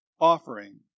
offering